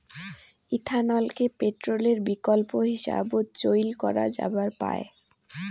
ইথানলকে পেট্রলের বিকল্প হিসাবত চইল করা যাবার পায়